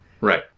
Right